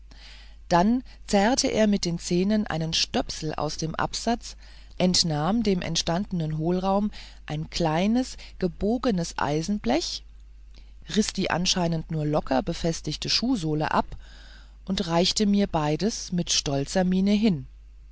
dann zerrte er mit den zähnen einen stöpsel aus dem absatz entnahm dem entstandenen hohlraum ein kleines gebogenes eisenblech riß die anscheinend nur locker befestigte schuhsohle ab und reichte mir beides mit stolzer miene hin